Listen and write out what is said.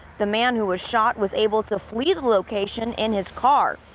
the man who was shot was able to flee the location in his car.